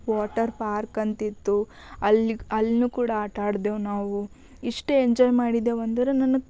water park ಅಂತಿತ್ತು ಅಲ್ಲಿಗೆ ಅಲ್ಲಿನು ಕೂಡ ಆಟಾಡ್ದೆವು ನಾವು ಇಷ್ಟು ಎಂಜಾಯ್ ಮಾಡಿದೇವಂದ್ರ ನನಗೆ